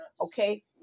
Okay